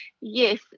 Yes